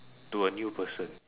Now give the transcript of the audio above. to a new person